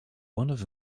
one